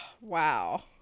Wow